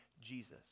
Jesus